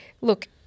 Look